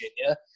Virginia